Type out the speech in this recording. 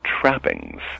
trappings